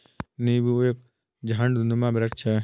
नींबू एक झाड़नुमा वृक्ष है